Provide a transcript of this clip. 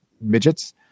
midgets